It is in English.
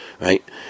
Right